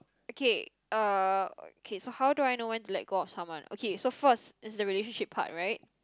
okay uh okay so how do I know when to let go of someone okay so first is the relationship part right